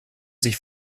sich